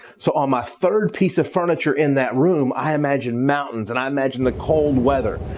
so on my third piece of furniture in that room i imagine mountains, and i imagine the cold weather.